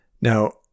Now